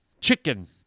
chicken